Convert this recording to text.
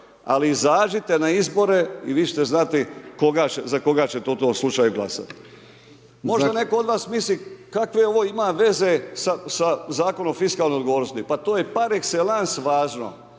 Ali izađite na izbore i vi ćete znati za koga ćete u tom slučaju glasati. Možda netko od vas misli kakve ovo ima veze sa Zakonom o fiskalnoj odgovornosti. Pa to je par exelance važno.